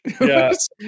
Yes